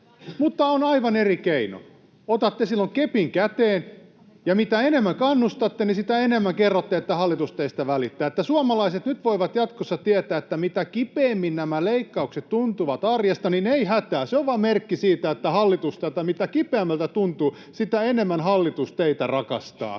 mutta aivan eri keinoin. Otatte silloin kepin käteen, ja mitä enemmän kannustatte, sitä enemmän kerrotte, että hallitus teistä välittää ja että suomalaiset voivat nyt jatkossa tietää, että mitä kipeämmin nämä leikkaukset tuntuvat arjessa, niin ei hätää, se on vain merkki siitä, että mitä kipeämmältä tuntuu, sitä enemmän hallitus teitä rakastaa,